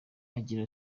agira